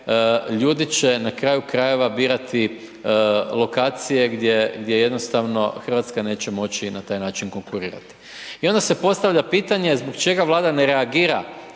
ljudi će na kraju krajeva birati lokacije gdje jednostavno RH neće moći na taj način konkurirati. I onda se postavlja pitanje zbog čega Vlada ne reagira